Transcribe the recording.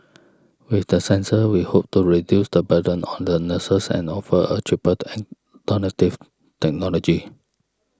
with the sensor we hope to reduce the burden on the nurses and offer a cheaper the alternative technology